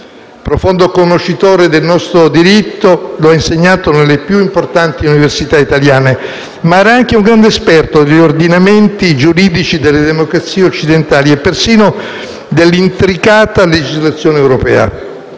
Profondo conoscitore del nostro diritto, lo ha insegnato nelle più importanti università italiane, ma era anche un grande esperto degli ordinamenti giuridici delle democrazie occidentali e persino dell'intricata legislazione europea.